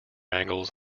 angles